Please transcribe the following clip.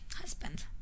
husband